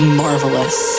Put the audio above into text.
marvelous